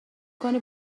کنی